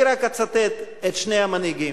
אני רק אצטט את שני המנהיגים.